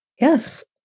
Yes